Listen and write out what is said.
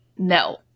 No